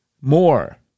More